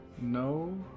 No